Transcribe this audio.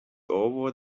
over